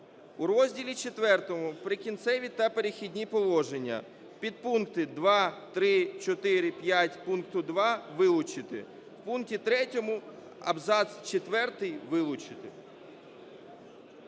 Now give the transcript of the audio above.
У розділі IV "Прикінцеві та перехідні положення" підпункти 2, 3, 4, 5 пункту 2 вилучити. У пункті 3 абзац четвертий вилучити.